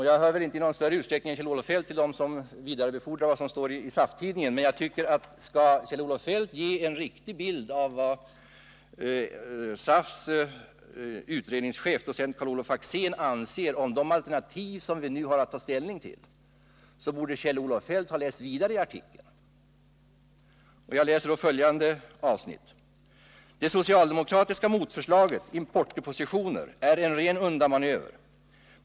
Jag hör väl inte i större utsträckning än Kjell-Olof Feldt till dem som vidarebefordrar vad som står där, men om Kjell-Olof Feldt vill ge en riktig bild av vad SAF:s utredningschef anser om de alternativ som vi nu har att ta ställning till, så tycker jag att han borde ha läst vidare i artikeln. Jag läser ett avsnitt: ”Det socialdemokratiska motförslaget — importdepositioner — är en ren undanmanöver.